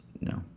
no